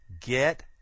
get